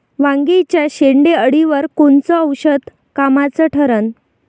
वांग्याच्या शेंडेअळीवर कोनचं औषध कामाचं ठरन?